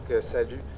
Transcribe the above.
salut